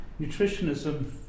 nutritionism